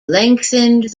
lengthened